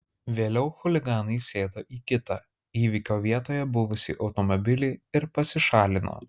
vėliau chuliganai sėdo į kitą įvykio vietoje buvusį automobilį ir pasišalino